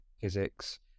physics